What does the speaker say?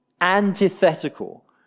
antithetical